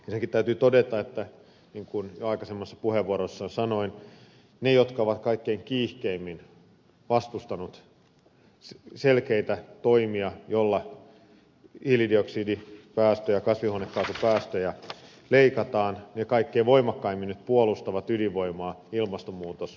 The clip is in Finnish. ensinnäkin täytyy todeta niin kuin jo aikaisemmassa puheenvuorossani sanoin että ne jotka ovat kaikkein kiihkeimmin vastustaneet selkeitä toimia joilla hiilidioksidipäästöjä ja kasvihuonekaasupäästöjä leikataan kaikkein voimakkaimmin nyt puolustavat ydinvoimaa ilmastonmuutosnäkökulmasta